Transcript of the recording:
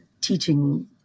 teaching